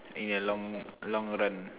in your long long run